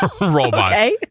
Robot